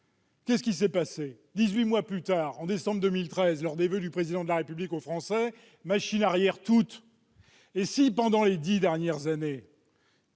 d'euros. Que s'est-il passé dix-huit mois plus tard, en décembre 2013, lors des voeux du Président de la République au Français : machine arrière toute ! Si, pendant les dix dernières années-